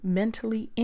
mentally